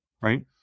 right